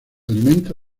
alimenta